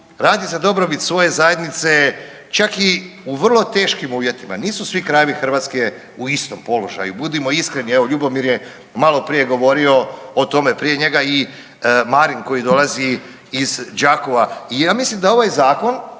radi za dobrobit svoje zajednice, čak i u vrlo teškim uvjetima, nisu svi …/Govornik se ne razumije/…hrvatske u istom položaju budimo iskreni. Evo Ljubomir je maloprije govorio o tome, prije njega i Marin koji dolazi iz Đakova i ja mislim da ovaj zakon